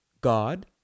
god